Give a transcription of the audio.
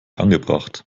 angebracht